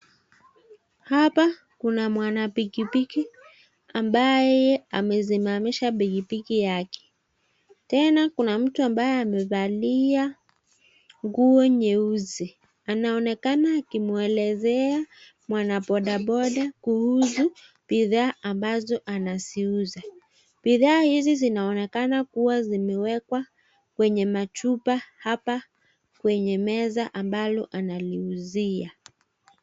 Hapa kuna mwanapikipiki ambaye amesimamisha pikipiki yake. Tena kuna mtu ambaye amevalia nguo nyeusi, anaonekana akimwelezea mwanabodaboda kuhusu bidhaa ambazo anaziuza. Bidhaa hizi zinaonekana uwa zimewekwa kwenye machupa hapa kwenye meza ambalo analiuzia.